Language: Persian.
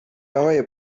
آقای